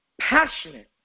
passionate